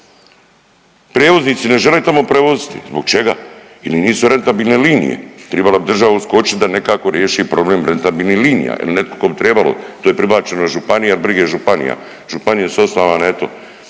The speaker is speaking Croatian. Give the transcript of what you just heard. Prijevoznici ne žele tamo prevoziti. Zbog čega? Jer im nisu rentabilne linije, tribala bi država uskočiti da nekako riješi problem rentabilnih linija ili nekako bi trebalo. To je prebačeno županija, brige županija, županije su osnovane eto